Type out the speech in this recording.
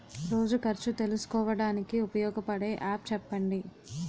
రోజు ఖర్చు తెలుసుకోవడానికి ఉపయోగపడే యాప్ చెప్పండీ?